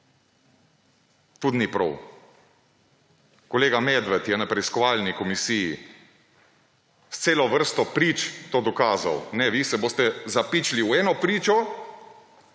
tudi ni prav. Kolega Medved je na preiskovalni komisiji s celo vrsto prič to dokazal. Ne! Vi se boste zapičili v eno pričo